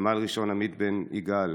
סמל ראשון עמית בן יגאל,